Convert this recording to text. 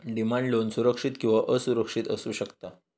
demand loan सुरक्षित किंवा असुरक्षित असू शकता